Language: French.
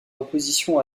opposition